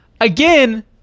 again